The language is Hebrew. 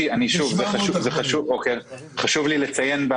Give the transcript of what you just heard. חשוב לי לציין,